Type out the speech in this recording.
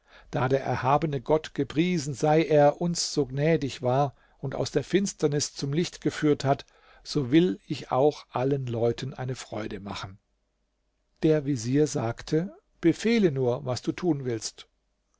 da der erhabene gott gepriesen sei er uns so gnädig war und aus der finsternis zum licht geführt hat so will ich auch allen leuten eine freude machen der vezier sagte befehle nur was du tun willst